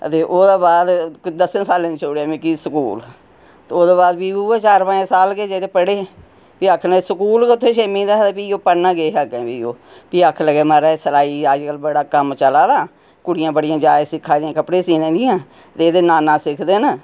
ते ओह्दे बाद दस्सें साले दी छोड़ेआं मिगी स्कूल ते ओह्दे बाद फ्ही उऐ स्हाब चार पंज साल गै जेह्ड़े पढ़े फ्ही आखना स्कूल गै उत्थै छेमीं दा हा ते पढ़ना केह् हा अग्गें फ्ही फ्ही आक्खन लगे माराज सलाई अजकल बडा कम्म चला दा कुड़ियां बड़ियां जा दियां सिक्खै दियां कपड़े सीने दियां ते एह्दे नाना सिखदे न